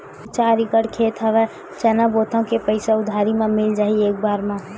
मोर चार एकड़ खेत हवे चना बोथव के पईसा उधारी मिल जाही एक बार मा?